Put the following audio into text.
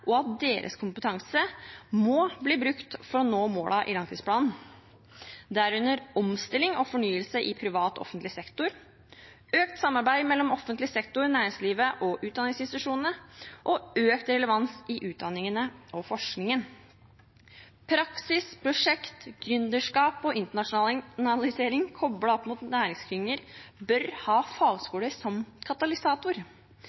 og at deres kompetanse må bli brukt for å nå målene i langtidsplanen, derunder omstilling og fornyelse i privat og offentlig sektor, økt samarbeid mellom offentlig sektor, næringslivet og utdanningsinstitusjonene og økt relevans i utdanningene og forskningen. Praksis, prosjekt, gründerskap og internasjonalisering koblet opp mot næringsklynger bør ha